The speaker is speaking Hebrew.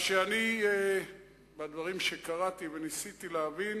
מהדברים שקראתי וניסיתי להבין,